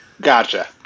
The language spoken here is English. Gotcha